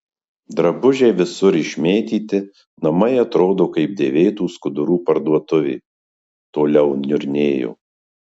drabužiai visur išmėtyti namai atrodo kaip dėvėtų skudurų parduotuvė toliau niurnėjo